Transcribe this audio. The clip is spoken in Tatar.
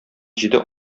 җиде